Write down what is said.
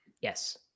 yes